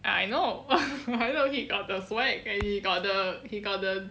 I know I know he got the swag and he got the he got the